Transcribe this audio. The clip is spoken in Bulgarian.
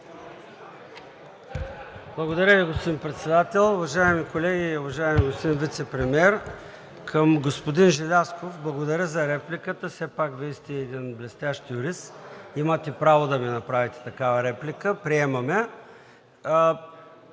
Благодаря Ви, господин Председател. Уважаеми колеги, уважаеми господин Вицепремиер! Към господин Желязков, благодаря за репликата. Все пак, Вие сте един блестящ юрист. Имате право да ми направите такава реплика. Приемам